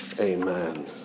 Amen